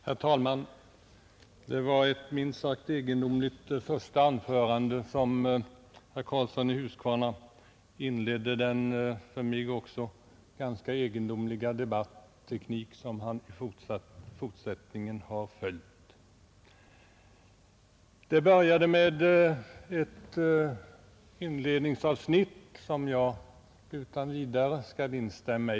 Herr talman! Det var ett minst sagt egendomligt första anförande som herr Karlsson i Huskvarna höll. Han inledde därmed den ganska egendomliga debatteknik som han sedan har följt. Det började med ett inledningsavsnitt som jag utan vidare skall instämma i.